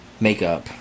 makeup